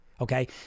okay